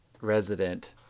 resident